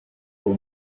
aux